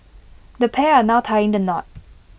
the pair are now tying the knot